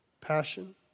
passion